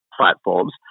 platforms